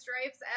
stripes